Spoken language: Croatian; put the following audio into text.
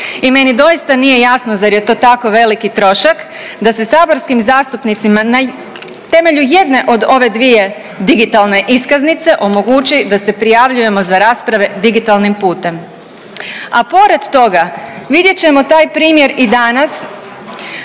i meni doista nije jasno zar je to tako veliki trošak da se saborskim zastupnicima na temelju jedne od ove dvije digitalne iskaznice omogući da se prijavljujemo za rasprave digitalnim putem. A pored toga vidjet ćemo taj primjer i danas,